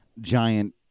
giant